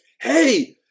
Hey